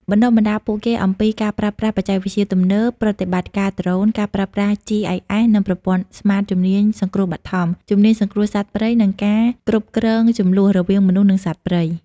បណ្តុះបណ្តាលពួកគេអំពី ការប្រើប្រាស់បច្ចេកវិទ្យាទំនើប ប្រតិបត្តិការដ្រូន ការប្រើប្រាស់ GIS និងប្រព័ន្ធ SMART ជំនាញសង្គ្រោះបឋម ជំនាញសង្គ្រោះសត្វព្រៃ និង ការគ្រប់គ្រងជម្លោះ រវាងមនុស្ស និងសត្វព្រៃ។